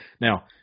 Now